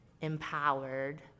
empowered